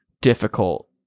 difficult